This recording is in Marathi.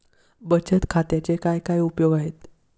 बचत खात्याचे काय काय उपयोग आहेत?